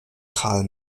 karl